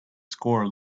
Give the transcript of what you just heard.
score